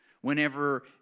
whenever